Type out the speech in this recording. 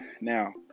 now